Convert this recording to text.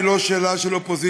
היא לא שאלה של קואליציה